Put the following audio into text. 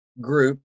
group